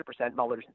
100%